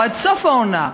או עד סוף העונה.